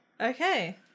Okay